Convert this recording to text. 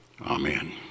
Amen